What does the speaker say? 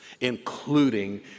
including